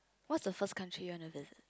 what's the first country you wanna visit